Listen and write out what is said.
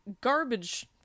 garbage